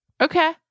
Okay